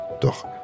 Doch